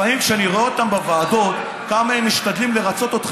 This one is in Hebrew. לפעמים כשאני רואה אותם בוועדות כמה הם משתדלים לרצות אותך,